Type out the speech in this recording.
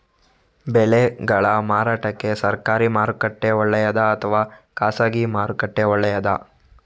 ಬೆಳೆಗಳ ಮಾರಾಟಕ್ಕೆ ಸರಕಾರಿ ಮಾರುಕಟ್ಟೆ ಒಳ್ಳೆಯದಾ ಅಥವಾ ಖಾಸಗಿ ಮಾರುಕಟ್ಟೆ ಒಳ್ಳೆಯದಾ